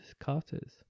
carters